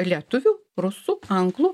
lietuvių rusų anglų